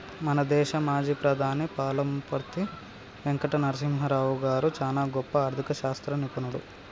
మన దేశ మాజీ ప్రధాని పాములపర్తి వెంకట నరసింహారావు గారు చానా గొప్ప ఆర్ధిక శాస్త్ర నిపుణుడు